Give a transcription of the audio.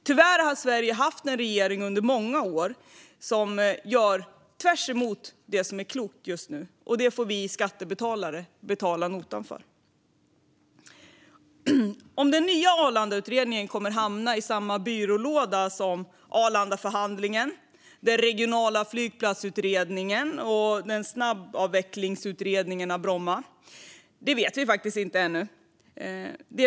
Tyvärr har Sverige under många år haft en regering som gör tvärtemot det som är klokt, och det får vi skattebetalare betala notan för. Om den nya Arlandautredningen kommer att hamna i samma byrålåda som Arlandaförhandlingen, den regionala flygplatsutredningen och utredningen om en snabbavveckling av Bromma vet vi faktiskt inte ännu.